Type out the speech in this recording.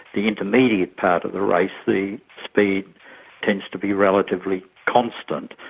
the intermediate part of the race the speed tends to be relatively constant.